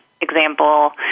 example